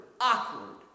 awkward